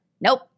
Nope